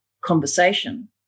conversation